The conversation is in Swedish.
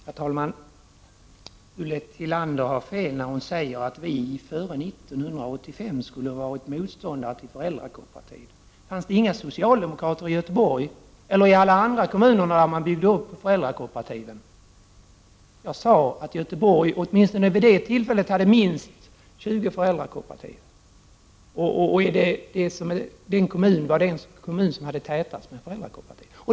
Herr talman! Ulla Tillander har fel när hon säger att vi socialdemokrater före 1985 skulle ha varit motståndare till föräldrakooperativ. Fanns det inga socialdemokrater i Göteborgs kommun eller andra kommuner under den tid då föräldrakooperativen byggdes upp? Vad jag sade var att Göteborg åtminstone vid det tillfället hade minst 20 föräldrakooperativ. Göteborg var den kommun som hade största tätheten när det gäller sådana.